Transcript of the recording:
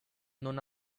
non